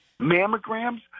Mammograms